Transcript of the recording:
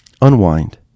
unwind